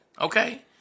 okay